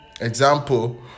example